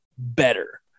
better